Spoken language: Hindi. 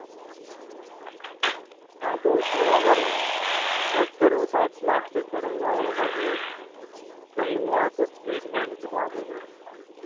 हाँ तो उसमें अगर फ्रैक्चर होता तो प्लास्टर चढ़ेगा और अगर नहीं हुआ तो ट्रीटमेंट से काम हो जाएगा